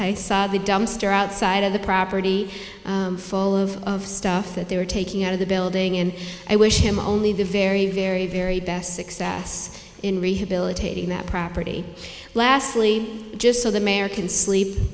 i saw the dumpster outside of the property full of stuff that they were taking out of the building and i wish him only the very very very best success in rehabilitating that property lastly just so the mayor can sleep